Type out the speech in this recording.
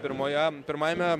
pirmoje pirmajame